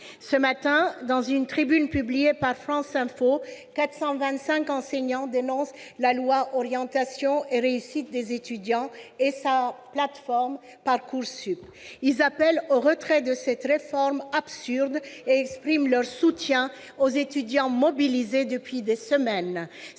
Ce matin, dans une tribune publiée par France Info, 425 enseignants dénoncent la loi relative à l'orientation et à la réussite des étudiants et sa plateforme Parcoursup. Ils appellent au retrait de cette « réforme absurde » et expriment leur soutien aux étudiants mobilisés depuis des semaines.